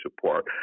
support